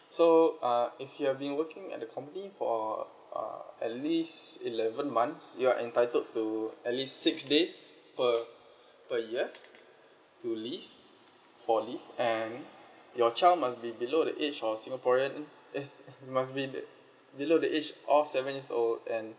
so uh if you've been working at the company for uh at least eleven months you're entitled to at least six days per per year to leave for leave and your child must be below than the age of singaporean eh uh must be the~ below the age of seven years old and